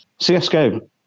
CSGO